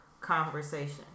conversation